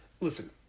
Listen